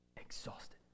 exhausted